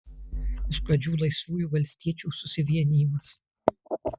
iš pradžių laisvųjų valstiečių susivienijimas